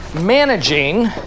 Managing